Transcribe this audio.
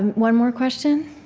one more question?